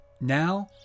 Now